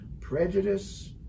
prejudice